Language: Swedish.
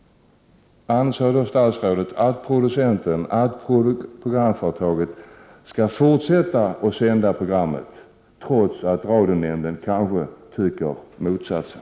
Anser då statsrådet att producenten och programföretaget skall fortsätta att sända programmet, trots att radionämnden tycker motsatsen?